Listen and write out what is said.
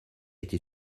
été